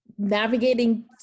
navigating